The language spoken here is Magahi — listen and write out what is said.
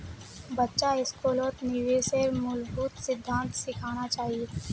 बच्चा स्कूलत निवेशेर मूलभूत सिद्धांत सिखाना चाहिए